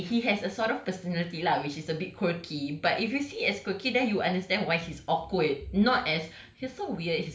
dia macam okay he has a sort of personality lah which is a bit quirky but if we see it as quirky then you will understand why his awkward not as